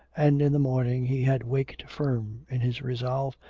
and in the morning he had waked firm in his resolve,